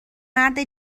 مرد